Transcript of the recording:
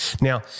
Now